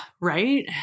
right